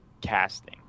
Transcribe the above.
casting